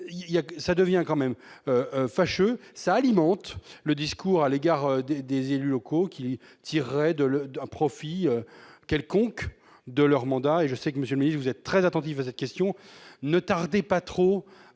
ça devient quand même fâcheux ça alimente le discours à l'égard des élus locaux qui tirait de d'un profit quelconque de leur mandat et je sais que monsieur, mais vous êtes très attentif à cette question : ne tardez pas trop